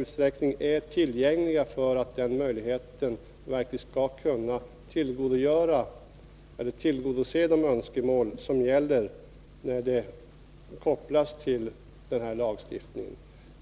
Att fler områden har öppnats gör det möjligt att vid tillämpningen av lagstiftningen i allt större utsträckning tillgodose de önskemål som kan finnas.